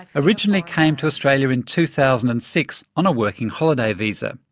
originally came to australia in two thousand and six on a working holiday visa.